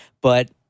But-